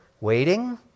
Waiting